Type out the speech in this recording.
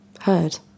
heard